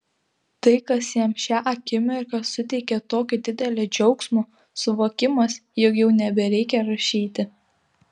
tai kas jam šią akimirką suteikia tokio didelio džiaugsmo suvokimas jog jau nebereikia rašyti